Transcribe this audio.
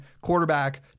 quarterback